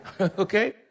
Okay